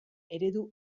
eredu